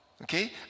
Okay